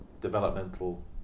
developmental